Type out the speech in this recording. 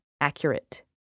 accurate